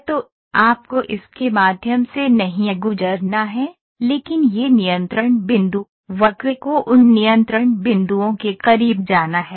तो आपको इसके माध्यम से नहीं गुजरना है लेकिन ये नियंत्रण बिंदु वक्र को उन नियंत्रण बिंदुओं के करीब जाना है